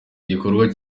gikorwa